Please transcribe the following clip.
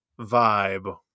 vibe